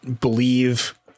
believe